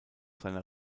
seiner